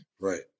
Right